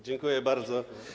Dziękuję bardzo.